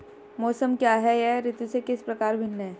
मौसम क्या है यह ऋतु से किस प्रकार भिन्न है?